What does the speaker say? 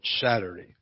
Saturday